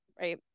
right